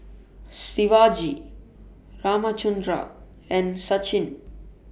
Shivaji Ramchundra and Sachin